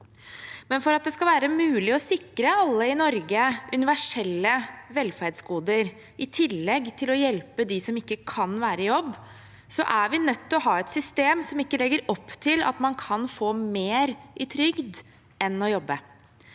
For at det skal være mulig å sikre alle i Norge universelle velferdsgoder i tillegg til å hjelpe dem som ikke kan være i jobb, er vi nødt til å ha et system som ikke legger opp til at man kan få mer i trygd enn man